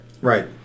Right